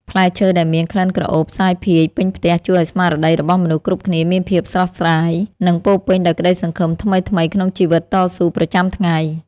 ផ្លែឈើដែលមានក្លិនក្រអូបសាយភាយពេញផ្ទះជួយឱ្យស្មារតីរបស់មនុស្សគ្រប់គ្នាមានភាពស្រស់ស្រាយ និង ពោរពេញដោយក្តីសង្ឃឹមថ្មីៗក្នុងជីវិតតស៊ូប្រចាំថ្ងៃ។